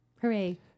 Hooray